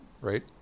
right